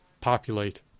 populate